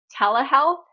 telehealth